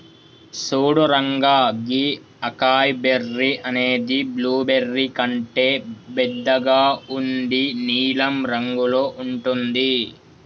సూడు రంగా గీ acai berry అనేది బ్లూబెర్రీ కంటే బెద్దగా ఉండి నీలం రంగులో ఉంటుంది